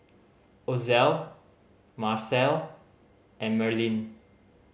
Ozell Macel and Merlyn